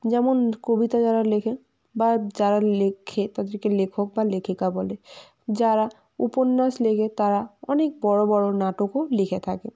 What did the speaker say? যেমন কবিতা যারা লেখে বা যারা লেখে তাদেরকে লেখক বা লেখিকা বলে যারা উপন্যাস লেখে তারা অনেক বড় বড় নাটকও লিখে থাকে